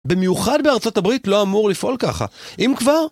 במיוחד בארצות הברית לא אמור לפעול ככה. אם כבר...